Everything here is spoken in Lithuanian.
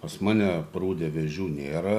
pas mane prūde vėžių nėra